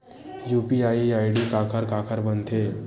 UPI ID काखर काखर बनथे?